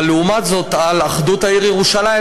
אבל לעומת זאת על אחדות העיר ירושלים,